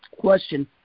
Question